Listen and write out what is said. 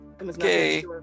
okay